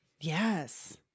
Yes